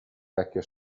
vecchio